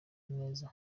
neza